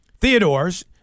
Theodore's